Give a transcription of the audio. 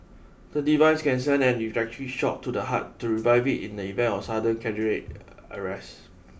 the device can send an electric shock to the heart to revive it in the event of sudden cadre arrest